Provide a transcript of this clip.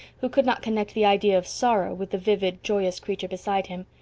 who could not connect the idea of sorrow with the vivid, joyous creature beside him,